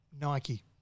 Nike